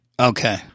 Okay